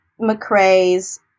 McRae's